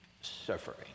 suffering